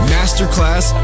Masterclass